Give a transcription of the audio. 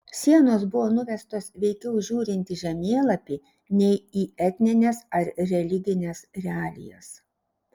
sienos buvo nuvestos veikiau žiūrint į žemėlapį nei į etnines ar religines realijas